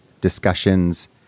discussions